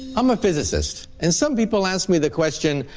i'm a physicist and some people ask me the question.